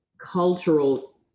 cultural